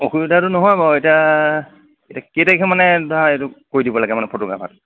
অসুবিধাটো নহয় বাৰু এতিয়া কেইতাৰিখেমানে ধৰা এইটো কৰি দিব লাগে মানে ফটোগ্ৰাফাৰটো